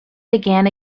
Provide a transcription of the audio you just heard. began